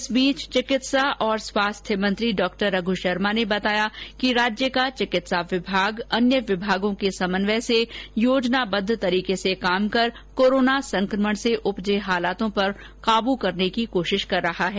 इस बीच चिकित्सा और स्वास्थ्य मंत्री डॉ रघ् शर्मा ने बताया कि राज्य का चिकित्सा विभाग अन्य विभागों के समन्वय से योजनाबद्व तरीके से काम कर कोरोना संकमण से उपजे हालात पर काबू करने की कोशिश कर रहा है